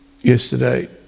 yesterday